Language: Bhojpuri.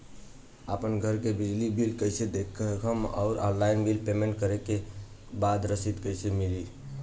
आपन घर के बिजली बिल कईसे देखम् और ऑनलाइन बिल पेमेंट करे के बाद रसीद कईसे मिली?